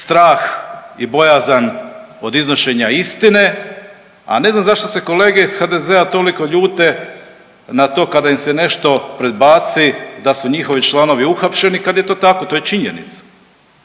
strah i bojazan od iznošenja istine. A ne znam zašto se kolege iz HDZ-a toliko ljute na to kada im se nešto predbaci da su njihovi članovi uhapšeni kad je to tako, to je činjenica.